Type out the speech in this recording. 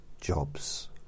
jobs